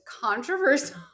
controversial